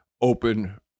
open